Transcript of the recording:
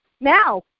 now